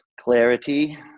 Clarity